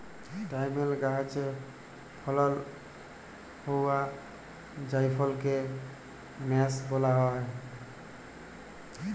nutmeg গাহাচে ফলল হউয়া জাইফলকে মেস ব্যলা হ্যয়